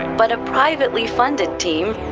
but a privately funded team,